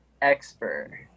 expert